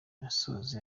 yasoje